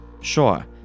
Sure